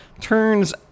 Turns